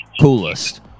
coolest